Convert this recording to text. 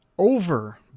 over